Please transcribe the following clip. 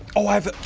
oh, i've